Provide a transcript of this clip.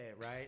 right